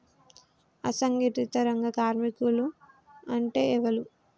అసంఘటిత రంగ కార్మికులు అంటే ఎవలూ?